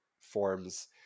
forms